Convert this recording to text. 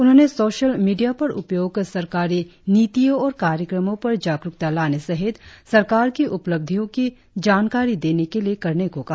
उन्होंने social media का उपयोग सरकारी नीतियों और कार्यक्रमों पर जागरुकता लाने सहित सरकार की उपलब्धियों की जानकारी देने के लिए करने को कहा